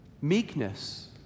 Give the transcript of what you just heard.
meekness